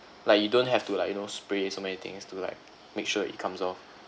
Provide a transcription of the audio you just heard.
like you don't have to like you know spray so many things to like make sure it comes off